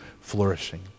flourishing